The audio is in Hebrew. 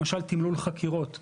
למשל תמלול חקירות,